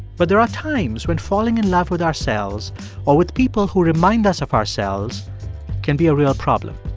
but there are times when falling in love with ourselves or with people who remind us of ourselves can be a real problem.